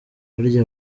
harya